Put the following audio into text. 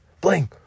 Bling